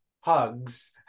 Hugs